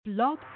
blog